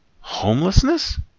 homelessness